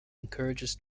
encourages